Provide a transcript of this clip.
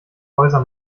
häuser